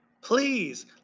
please